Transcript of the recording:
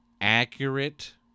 Accurate